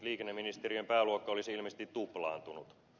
liikenneministeriön pääluokka olisi ilmeisesti tuplaantunut